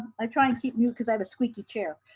i try and keep mute cause i have a squeaky chair.